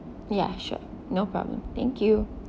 ya sure no problem thank you